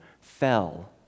fell